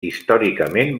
històricament